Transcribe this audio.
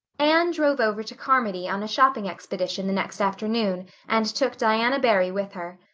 anne drove over to carmody on a shopping expedition the next afternoon and took diana barry with her.